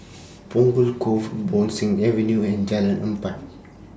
Punggol Cove Bo Seng Avenue and Jalan Empat